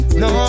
no